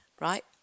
right